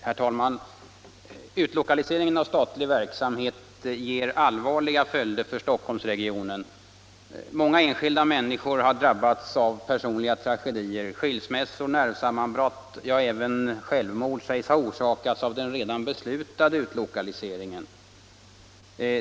Herr talman! Utlokaliseringen av statlig verksamhet ger allvarliga följder för Stockholmsregionen. Många enskilda människor har drabbats av personliga tragedier: skilsmässor, nervsammanbrott, ja även självmord sägs ha orsakats av den redan beslutade utlokaliseringen.